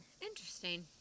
Interesting